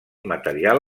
material